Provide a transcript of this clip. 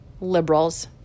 liberals